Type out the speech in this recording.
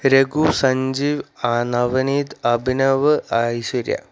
രഘു സഞ്ജീവ് അ നവനീത് അഭിനവ് ഐശ്വര്യ